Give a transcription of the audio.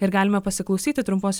ir galime pasiklausyti trumpos